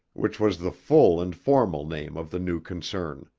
which was the full and formal name of the new concern.